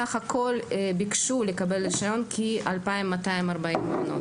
סך הכול קיבלו לקבל רישיון כ-2,240 מעונות,